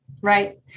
Right